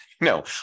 No